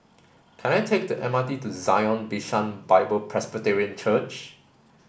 can I take the M R T to Zion Bishan Bible Presbyterian Church